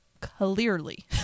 clearly